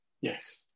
Yes